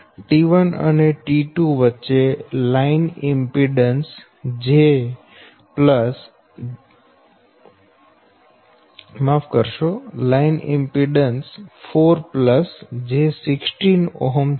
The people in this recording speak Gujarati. T1 અને T2 વચ્ચે લાઈન ઈમ્પીડન્સ 4 j16 છે